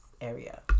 area